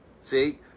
See